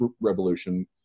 Revolution